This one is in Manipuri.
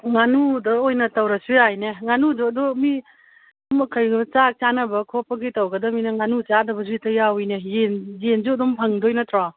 ꯉꯥꯅꯨꯗ ꯑꯣꯏꯅ ꯇꯧꯔꯁꯨ ꯌꯥꯏꯅꯦ ꯉꯥꯅꯨꯗꯨ ꯑꯗꯨ ꯃꯤ ꯆꯥꯛ ꯆꯥꯟꯅꯕ ꯈꯣꯠꯄꯒꯤ ꯇꯧꯒꯗꯝꯅꯤꯅ ꯉꯥꯅꯨ ꯆꯥꯗꯕꯁꯨ ꯍꯦꯛꯇ ꯌꯥꯎꯏꯅꯦ ꯌꯦꯟꯁꯨ ꯑꯗꯨꯝ ꯐꯪꯗꯣꯏ ꯅꯠꯇ꯭ꯔꯣ